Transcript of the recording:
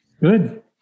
Good